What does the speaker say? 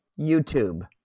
YouTube